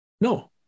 No